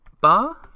bar